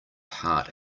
heart